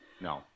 No